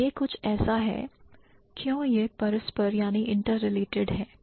तो यह कुछ ऐसा है क्यों पे है परस्पर हैं